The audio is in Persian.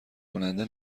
کننده